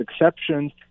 exceptions